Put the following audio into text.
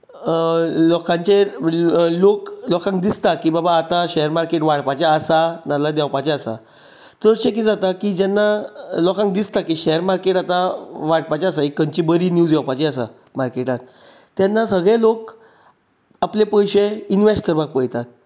लोकांचे लोक लोकांक दिसता की बाबा आतां शॅर मार्केट वाडपाचें आसा नाल्यार देंवपाचें आसा चडशीं कितें जाता की जेन्ना लोकांक दिसता की शॅर मार्केट आतां वाडपाचें आसा खंयचीय बरी न्यूज येवपाची आसा मार्केटांत तेन्ना सगळे लोक आपले पयशे इनवेस्ट करपाक पळयतात